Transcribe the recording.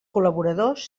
col·laboradors